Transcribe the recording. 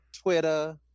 Twitter